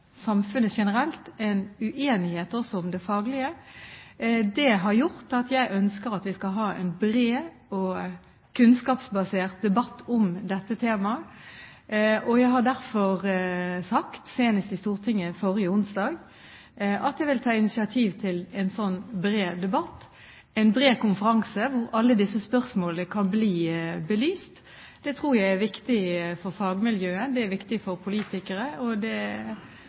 om det faglige, har gjort at jeg ønsker at vi skal ha en bred og kunnskapsbasert debatt om dette temaet. Jeg har derfor sagt, senest i Stortinget forrige onsdag, at jeg vil ta initiativ til en bred debatt – en bred konferanse – hvor alle disse spørsmålene kan bli belyst. Det tror jeg er viktig for fagmiljøet. Det er viktig for politikere, og det er